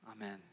Amen